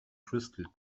crystal